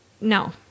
no